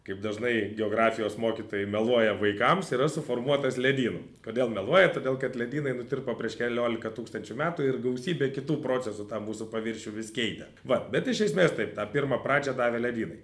kaip dažnai geografijos mokytojai meluoja vaikams yra suformuotas ledynų kodėl meluoja todėl kad ledynai nutirpo prieš keliolika tūkstančių metų ir gausybė kitų procesų tą mūsų paviršių vis keitė va bet iš esmės taip tą pirmą pradžią davė ledynai